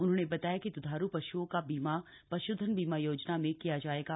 उन्होंने बताया कि द्वधारू पश्ओं का बीमा पश्धन बीमा योजना में किया जाएगा